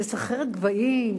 זה סחרחורת גבהים?